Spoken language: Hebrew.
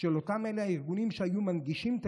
של אותם הארגונים שהיו מנגישים את